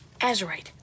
azurite